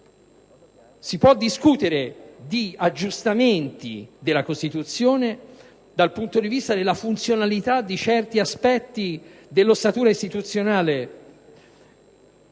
Si può discutere di aggiustamenti della Costituzione dal punto di vista della funzionalità di certi aspetti dell'ossatura istituzionale